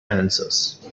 answers